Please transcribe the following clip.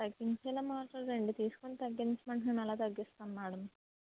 తగ్గించేలాగా మాట్లాడండి తీసుకుని తగ్గించమంటే మేము ఎలా తగ్గిస్తాను మేడం